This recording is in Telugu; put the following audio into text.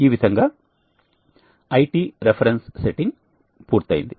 ఈ విధంగా IT రిఫరెన్స్ సెట్టింగ్ పూర్తయింది